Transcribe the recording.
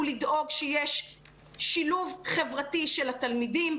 הוא לדאוג שיש שילוב חברתי של התלמידים,